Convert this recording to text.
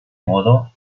modo